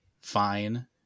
fine